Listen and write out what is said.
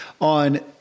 on